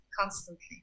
constantly